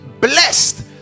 blessed